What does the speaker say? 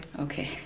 Okay